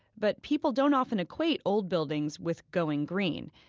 but people don't often equate old buildings with going green.